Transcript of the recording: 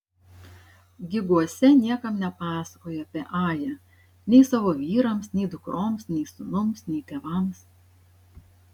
giguose niekam nepasakojo apie ają nei savo vyrams nei dukroms nei sūnums nei tėvams